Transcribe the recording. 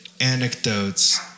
anecdotes